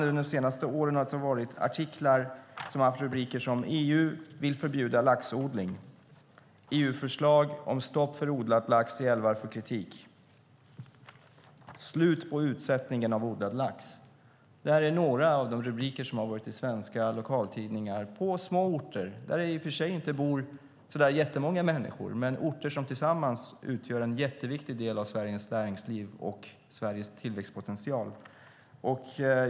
De senaste åren har det skrivits artiklar med rubriker som "EU vill förbjuda laxodling", "EU-förslag om stopp för odlad lax i älvar får kritik" och "Slut på utsättning av odlad lax". Det är några av de rubriker som förekommit i svenska lokaltidningar på små orter där det i och för sig inte bor så jättemånga människor, men som tillsammans utgör en jätteviktig del av Sveriges näringsliv och Sveriges tillväxtpotential.